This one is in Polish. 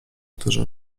którzy